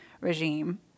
regime